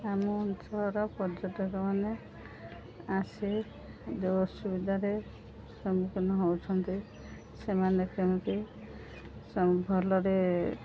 ଆମ ଅଞ୍ଚଳର ପର୍ଯ୍ୟଟକମାନେ ଆସି ଯେଉଁ ଅସୁବିଧାରେ ସମ୍ମୁଖୀନ ହେଉଛନ୍ତି ସେମାନେ କେମିତି ଭଲରେ